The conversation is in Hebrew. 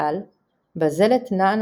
הבזלת.